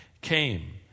came